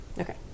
Okay